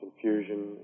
confusion